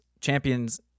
champions